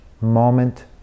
moment